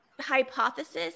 hypothesis